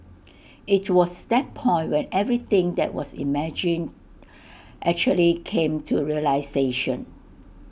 IT was that point when everything that was imagined actually came to realisation